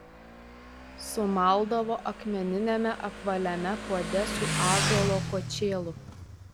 sumaldavo akmeniniame apvaliame puode su ąžuolo kočėlu